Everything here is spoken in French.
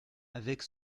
avec